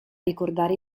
ricordare